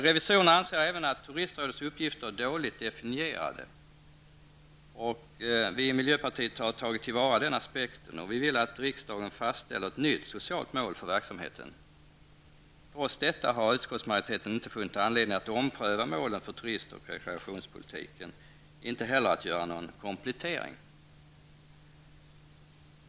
Revisorerna anser även att turistrådets uppgifter är dåligt definierade, och vi i miljöpartiet har tagit fasta på den aspekten och vill att riksdagen fastställer ett nytt socialt mål för verksamheten. Trots detta har utskottsmajoriteten inte funnit anledning att ompröva målen för turist och rekreationspolitiken, inte heller att göra någon komplettering.